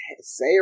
say